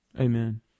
Amen